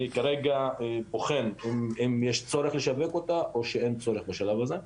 אני כרגע בוחן אם יש צורך לשווק אותה או שאין צורך בשלב הזה.